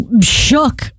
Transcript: shook